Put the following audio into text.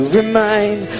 remind